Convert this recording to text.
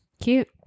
cute